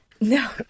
No